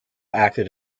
acted